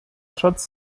trotz